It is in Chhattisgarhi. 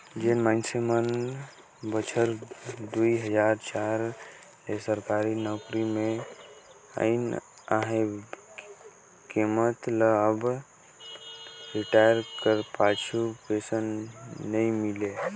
जेन मइनसे मन बछर दुई हजार चार ले सरकारी नउकरी में अइन अहें तेमन ल अब रिटायर कर पाछू पेंसन नी मिले